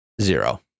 Zero